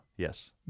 Yes